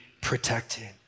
protected